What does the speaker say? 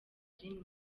rimwe